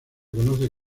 conoce